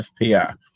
FPI